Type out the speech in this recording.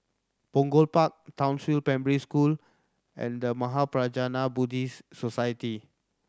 Punggol Park Townsville Primary School and The Mahaprajna Buddhist Society